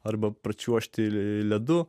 arba pračiuožti ledu